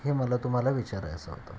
हे मला तुम्हाला विचारायचं होतं